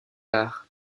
l’art